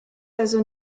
also